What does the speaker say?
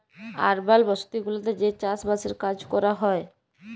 আরবাল বসতি গুলাতে যে চাস বাসের কাজ ক্যরা হ্যয়